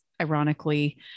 ironically